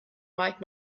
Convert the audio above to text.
might